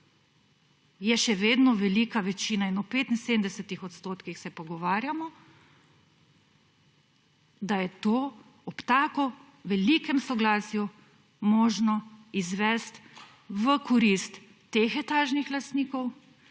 Je še vedno velika večina in o 75 % se pogovarjamo, da je to, ob tako velikem soglasju možno izvesti v korist teh etažnih lastnikov